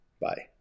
Bye